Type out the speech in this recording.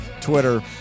Twitter